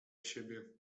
siebie